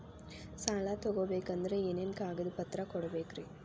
ಸಾಲ ತೊಗೋಬೇಕಂದ್ರ ಏನೇನ್ ಕಾಗದಪತ್ರ ಕೊಡಬೇಕ್ರಿ?